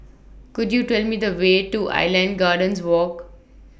Could YOU Tell Me The Way to Island Gardens Walk